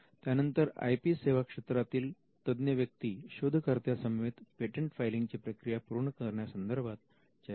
त्यानंतर I P सेवा क्षेत्रातील तज्ञ व्यक्ती शोधकर्त्यां समवेत पेटंट फायलिंग ची प्रक्रिया पूर्ण करण्यासंदर्भात चर्चा करतात